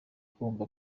kumva